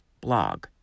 blog